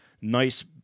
nice